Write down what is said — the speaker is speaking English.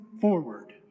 forward